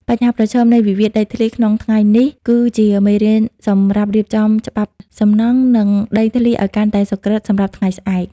បញ្ហាប្រឈមនៃវិវាទដីធ្លីក្នុងថ្ងៃនេះ គឺជាមេរៀនសម្រាប់រៀបចំច្បាប់សំណង់ និងដីធ្លីឱ្យកាន់តែសុក្រឹតសម្រាប់ថ្ងៃស្អែក។